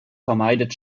vermeidet